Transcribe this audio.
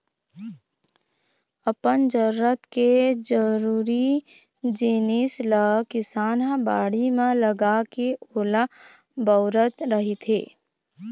अपन जरूरत के जरुरी जिनिस ल किसान ह बाड़ी म लगाके ओला बउरत रहिथे